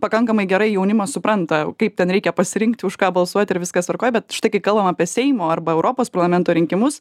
pakankamai gerai jaunimas supranta kaip ten reikia pasirinkti už ką balsuot ir viskas tvarkoj bet štai kai kalbam apie seimo arba europos parlamento rinkimus